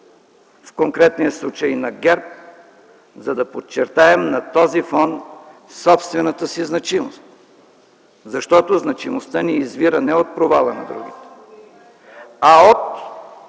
в конкретния случай на ГЕРБ, за да подчертаем на този фон собствената си значимост. Защото значимостта ни извира не от провала на другите, а от